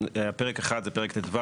פרק אחד זה פרק ט"ו,